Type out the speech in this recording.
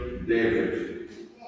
David